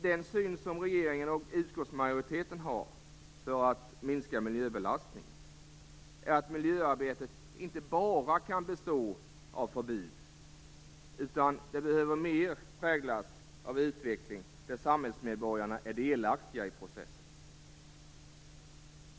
Den syn som regeringen och utskottsmajoriteten har på sättet att minska miljöbelastningen är att miljöarbetet inte bara kan bestå av förbud. Det behöver mer präglas av utveckling, där samhällsmedborgarna är delaktiga i processen.